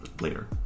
later